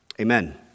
Amen